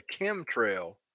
chemtrail